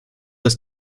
dass